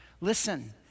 Listen